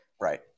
Right